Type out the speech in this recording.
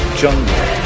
jungle